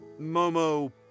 Momo